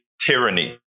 tyranny